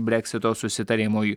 breksito susitarimui